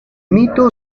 mito